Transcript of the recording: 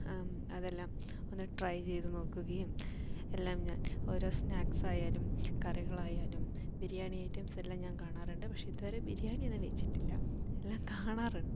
അതെല്ലാം ഒന്ന് ട്രൈ ചെയ്തു നോക്കുകയും എല്ലാം ഞാന് ഓരോ സ്നാക്ക്സ് ആയാലും കറികള് ആയാലും ബിരിയാണി ഐറ്റംസ് എല്ലാം ഞാന് കാണാറുണ്ട് പക്ഷെ ഇതുവരെ ബിരിയാണി ഒന്നും വച്ചിട്ടില്ല എല്ലാം കാണാറുണ്ട്